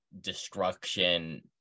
destruction